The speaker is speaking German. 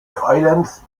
islands